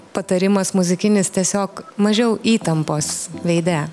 patarimas muzikinis tiesiog mažiau įtampos veide